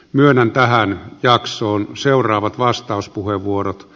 myönnän tähän jaksoon seuraavat vastauspuheenvuorot